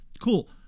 Cool